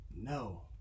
no